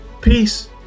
Peace